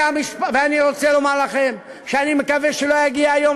אני רוצה לומר לכם שאני מקווה שלא יגיע היום,